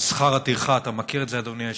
על שכר הטרחה, אתה מכיר את זה, אדוני היושב-ראש,